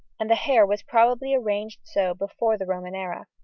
and the hair was probably arranged so before the roman era.